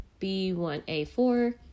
B1A4